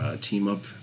team-up